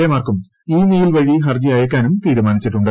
A മാർക്കും email വഴി ഹർജി അയയ്ക്കാനും തീരുമാനിച്ചിട്ടുണ്ട്